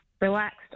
Relaxed